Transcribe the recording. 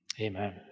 Amen